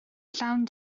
llawn